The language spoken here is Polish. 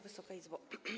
Wysoka Izbo!